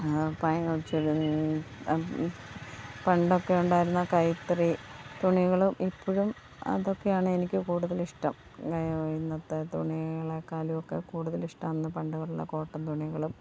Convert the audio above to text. പണ്ടൊക്കെയുണ്ടായിരുന്ന കൈത്തറി തുണികളും ഇപ്പോഴും അതൊക്കെയാണ് എനിക്ക് കൂടുതലിഷ്ടം ഇന്നത്തെ തുണികളെക്കാളുമൊക്കെ കൂടുതലിഷ്ടമെന്ന് പണ്ടുള്ള കോട്ടൺ തുണികളും